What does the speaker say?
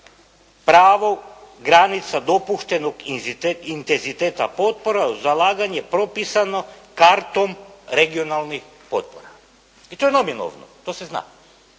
pravo granica dopuštenog intenziteta potpora uz zalaganje propisano kartom regionalnih potpora. I to je neminovno, to se zna.